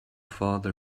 father